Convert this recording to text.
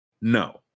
No